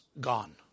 gone